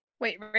Wait